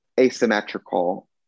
asymmetrical